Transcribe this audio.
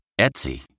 Etsy